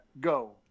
go